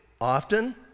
often